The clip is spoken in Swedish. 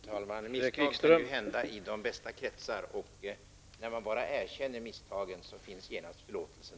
Herr talman! Misstag kan ju hända i de bästa kretsar. Om man bara erkänner misstagen, så blir man genast förlåten.